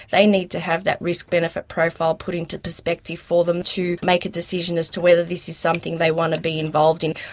they need to have that risk-benefit profile put into perspective for them to make a decision as to whether this is something they want to be involved in.